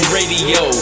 Radio